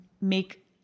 make